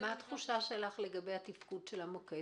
מה התחושה שלך לגבי תפקוד המוקד?